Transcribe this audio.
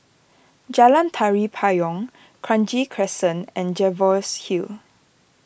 Jalan Tari Payong Kranji Crescent and Jervois Hill